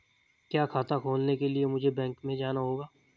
क्या खाता खोलने के लिए मुझे बैंक में जाना होगा?